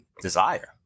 desire